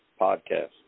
podcast